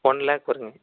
one lakh வருங்க